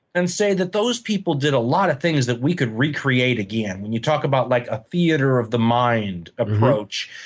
and say that those people did a lot of things that we could recreate again. when you talk about like a theater of the mind approach,